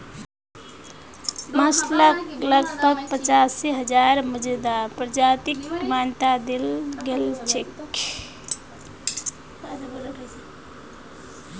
mollusc लगभग पचासी हजार मौजूदा प्रजातिक मान्यता दील गेल छेक